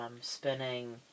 spinning